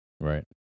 Right